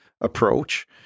approach